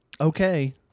Okay